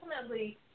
ultimately